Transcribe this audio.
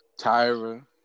Tyra